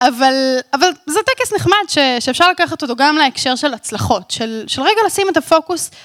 אבל זה טקס נחמד שאפשר לקחת אותו גם להקשר של הצלחות, של רגע לשים את הפוקוס.